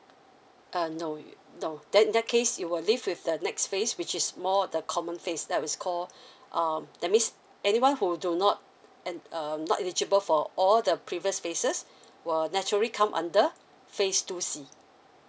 err no no then in that case you will leave with the next phase which is more of the common phase that is call um that means anyone who do not and err not eligible for all the previous phases will naturally come under phase two C